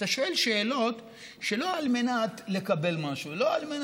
כשאתה שואל שאלות שלא על מנת לקבל משהו,